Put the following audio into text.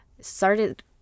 started